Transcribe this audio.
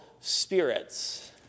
spirits